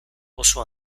oso